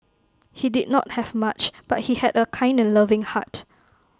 he did not have much but he had A kind and loving heart